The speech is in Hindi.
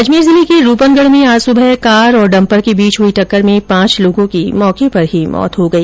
अजमेर जिले के रूपनगढ में आज सुबह कार और डम्पर के बीच हुई टक्कर में पांच लोगों की मौके पर ही मौत हो गई